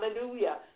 Hallelujah